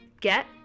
get